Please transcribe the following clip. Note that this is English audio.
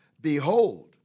Behold